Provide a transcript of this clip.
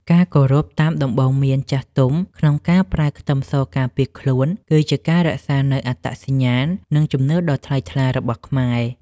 ការគោរពតាមដំបូន្មានចាស់ទុំក្នុងការប្រើខ្ទឹមសការពារខ្លួនគឺជាការរក្សានូវអត្តសញ្ញាណនិងជំនឿដ៏ថ្លៃថ្លារបស់ខ្មែរ។